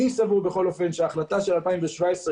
אני סבור שההחלטה של 2017,